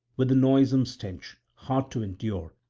with the noisome stench, hard to endure,